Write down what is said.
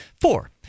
Four